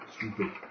Stupid